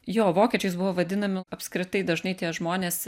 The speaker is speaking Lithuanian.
jo vokiečiais buvo vadinami apskritai dažnai tie žmonės